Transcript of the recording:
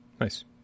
Nice